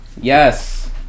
Yes